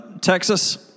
Texas